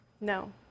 No